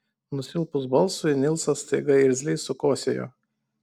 nusilpus balsui nilsas staiga irzliai sukosėjo